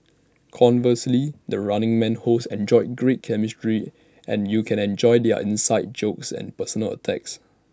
conversely the running man hosts enjoy great chemistry and you can enjoy their inside jokes and personal attacks